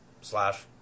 slash